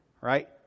right